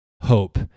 hope